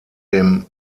dem